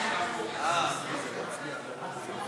חוק ומשפט נתקבלה.